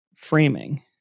Framing